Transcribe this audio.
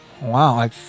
Wow